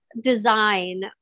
design